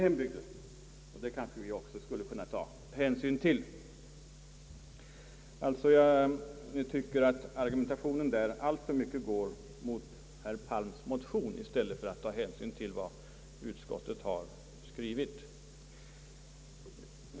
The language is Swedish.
Jag tycker sålunda att argumentationen alltför mycket riktar sig mot herr Palms motion och inte tar hänsyn till vad utskottet har skrivit.